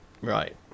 Right